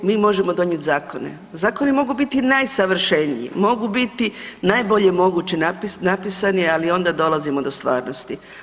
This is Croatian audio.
Mi možemo donijeti zakone, zakoni mogu biti najsavršeniji, mogu biti najbolje moguće napisani ali onda dolazimo do stvarnosti.